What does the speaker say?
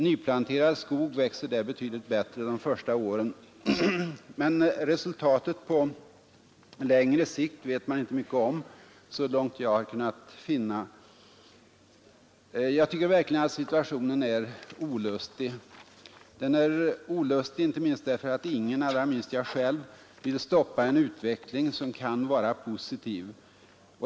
Nyplanterad skog växer där betydligt bättre de första åren. Men resultatet på längre sikt vet man inte mycket om, så långt jag har kunnat finna. Jag tycker verkligen att situationen är olustig. Den är olustig inte minst därför att ingen, allra minst jag själv, vill stoppa en utveckling som kan vara positiv.